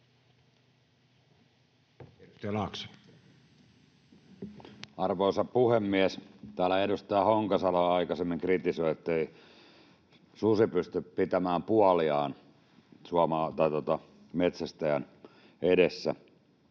Arvoisa puhemies! Täällä edustaja Honkasalo aikaisemmin kritisoi, ettei susi pysty pitämään puoliaan metsästäjän edessä.